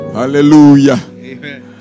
hallelujah